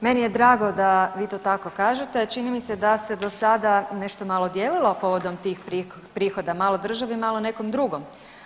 Meni je drago da vi to tako kažete, a čini mi se da se do sada nešto malo dijelilo povodom tih prihoda malo državi, malo nekom drugom.